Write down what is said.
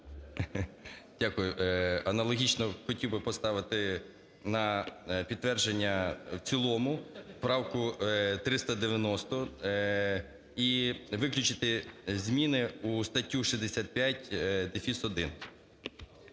Дякую. Аналогічно хотів би поставити на підтвердження в цілому правку 390 і виключити зміни у статтю 65-1.